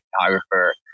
photographer